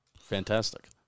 fantastic